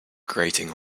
grating